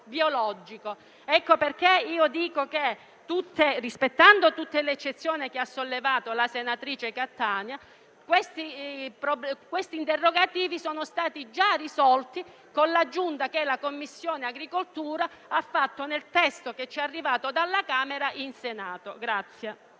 Ecco perché io dico che, rispettando tutte le eccezioni sollevate dalla senatrice Cattaneo, questi interrogativi sono stati già risolti con l'aggiunta che la Commissione agricoltura del Senato ha fatto al testo che ci è arrivato dalla Camera.